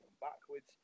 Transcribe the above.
backwards